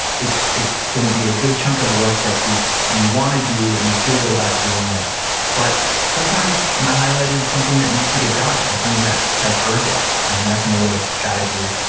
it's it's going to be a good chunk of work that you you want to do, and you feel good about doing it but sometimes, my highlight is something that needs to get done, you know something that's that's urgent, and that's another strategy.